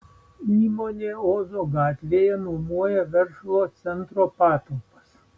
įmonė ozo gatvėje nuomoja verslo centro patalpas